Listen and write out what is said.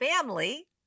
family